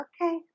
okay